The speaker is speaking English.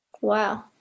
Wow